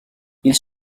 ils